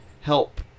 help